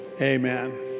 amen